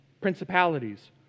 principalities